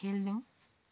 खेल्नु